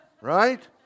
right